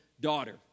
daughter